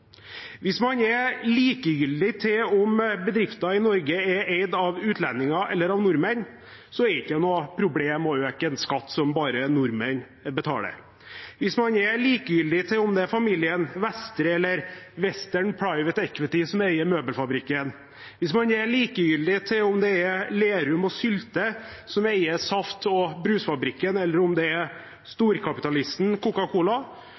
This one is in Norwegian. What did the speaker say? Hvis man er likegyldig til om bedrifter i Norge er eid av utlendinger eller av nordmenn, er det ikke noe problem å øke en skatt som bare nordmenn betaler. Hvis man er likegyldig til om det er familien Vestre eller «Western Private Equity» som eier møbelfabrikken, hvis man er likegyldig til om det er Lerum og Sylte som eier saft- og brusfabrikken, eller om det er